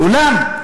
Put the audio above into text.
"אולם,